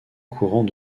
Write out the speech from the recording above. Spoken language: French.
courant